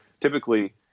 Typically